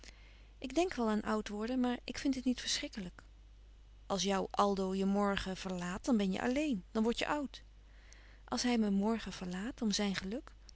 ik denk wel aan oud worden maar ik vind het niet verschrikkelijk als jou aldo je morgen verlaat dan ben je alleen dan word je oud als hij me morgen verlaat om zijn geluk